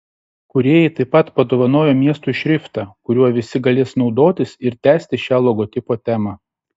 kūrėjai taip pat padovanojo miestui šriftą kuriuo visi galės naudotis ir tęsti šią logotipo temą